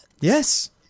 Yes